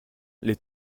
les